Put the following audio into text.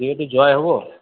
যিহেতু যোৱাই হ'ব